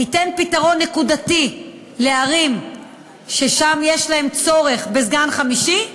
ייתן פתרון נקודתי לערים שיש בהן צורך בסגן חמישי,